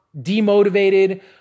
demotivated